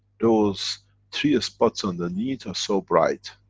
those three spots underneath are so bright,